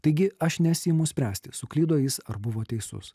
taigi aš nesiimu spręsti suklydo jis ar buvo teisus